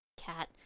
Cat